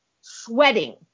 sweating